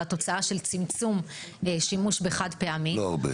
על התוצאה של הצמצום בחד-פעמי --- לא הרבה.